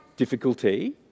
difficulty